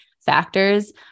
factors